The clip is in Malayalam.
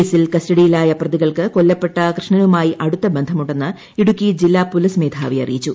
കേസിൽ കസ്റ്റഡിയിലായ പ്രതികൾക്ക് കൊല്ലപ്പെട്ട കൃഷ്ണനുമായി അടുത്ത ബന്ധമുണ്ടെന്ന് ഇടുക്കി ജില്ലാ പൊലീസ് മേധാവി രൂറീയിച്ചു